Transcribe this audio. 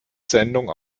sendung